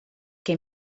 que